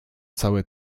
całe